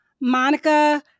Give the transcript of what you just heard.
Monica